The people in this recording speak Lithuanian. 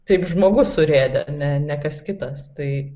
taip žmogus surėdė ne ne kas kitas tai